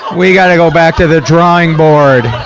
we gotta go back to the drawing board!